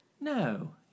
No